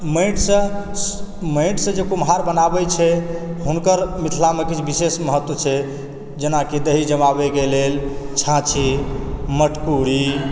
माटिसंँ माटिसंँ जे कुम्हार बनाबै छै हुनकर मिथिलामे किछु विशेष महत्व छै जेनाकि दही जमाबएके लेल छाछी मटकूरी